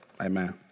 amen